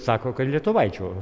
sako kad lietuvaičių